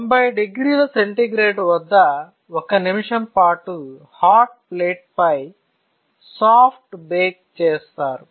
90 డిగ్రీల సెంటీగ్రేడ్ వద్ద 1 నిమిషం పాటు హాట్ ప్లేట్ పై సాఫ్ట్ బేక్ చేస్తారు